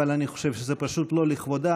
אבל אני חושב שזה פשוט לא לכבודם.